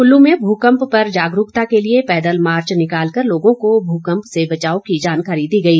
कुल्लू में भूकंप पर जागरूकता के लिए पैदल मार्च निकाल कर लोगों को भूकंप से बचाव की जानकारी दी गई